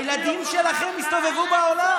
הילדים שלכם יסתובבו בעולם.